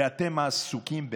ואתם עסוקים במה?